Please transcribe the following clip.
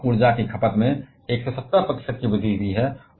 वहां ऊर्जा की खपत में 170 प्रतिशत की वृद्धि हुई है